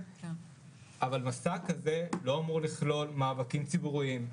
אבל מסע לחזרה לשגרה לא אמור לכלול מאבקים ציבוריים,